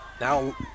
Now